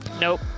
Nope